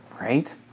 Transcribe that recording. Right